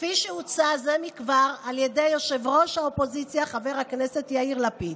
כפי שהוצע זה מכבר על ידי ראש האופוזיציה חבר הכנסת יאיר לפיד.